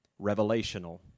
revelational